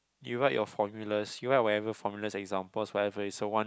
you write your formulas you write whatever formulas examples whatever you want